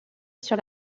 sur